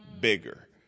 bigger